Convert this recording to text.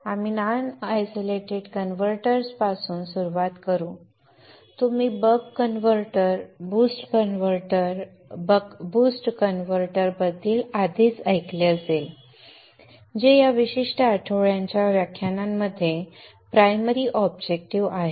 आपण non isolated कन्व्हर्टर्सपासून सुरुवात करू तुम्ही buck converter boost converter buck boost converter बद्दल आधीच ऐकले असेल जे या विशिष्ट आठवड्यांच्या व्याख्यानांमध्ये प्रायमरी ऑब्जेक्टिव्ह आहेत